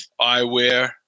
Eyewear